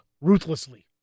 ruthlessly